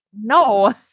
No